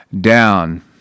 down